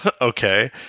okay